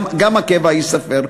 וגם הקבע ייספר.